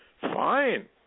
fine